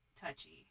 touchy